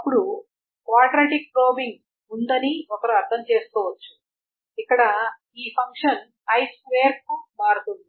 అప్పుడు quadratic probing ఉందని ఒకరు అర్థం చేసుకోవచ్చు ఇక్కడ ఈ ఫంక్షన్ i2 కి మారుతుంది